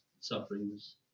sufferings